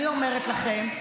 אני אומרת לכם,